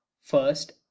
First